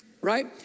right